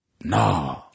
nah